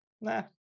nah